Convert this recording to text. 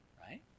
right